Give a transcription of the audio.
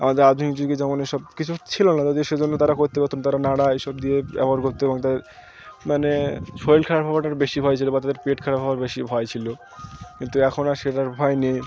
আমাদের আধুনিক যুগে যেমন এ সব কিছু ছিল না যদি সেজন্য তারা করতে পারত না তারা নাড়া এই সব দিয়ে ব্যবহার করতে এবং তাদের মানে শরীর খারাপ হওয়াটার বেশি ভয় ছিল বা তাদের পেট খারাপ হওয়ার বেশি ভয় ছিল কিন্তু এখন আর সেটার ভয় নেই